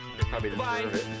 Bye